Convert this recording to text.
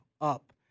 up